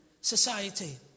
society